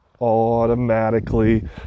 automatically